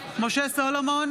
משה סולומון,